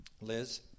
Liz